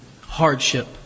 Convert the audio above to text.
hardship